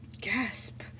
Gasp